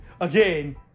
again